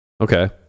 Okay